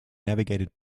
navigated